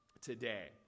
today